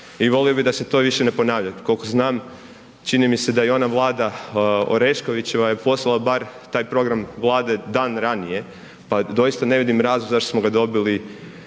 i volio bi da se to više ne ponavlja. Koliko znam čini mi se da i ona vlada Oreškovićeva je poslala bar taj program vlade dan ranije pa doista ne vidim razlog zašto smo ga dobili